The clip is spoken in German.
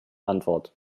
antwort